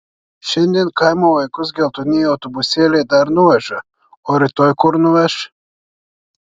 šiandien kaimo vaikus geltonieji autobusėliai dar nuveža o rytoj kur nuveš